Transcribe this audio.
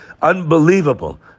Unbelievable